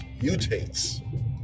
mutates